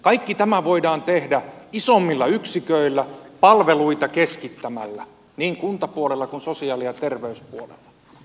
kaikki tämä voidaan tehdä isommilla yksiköillä palveluita keskittämällä niin kuntapuolella kuin sosiaali ja terveyspuolella